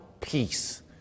peace